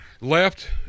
left –